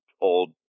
old